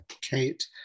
Kate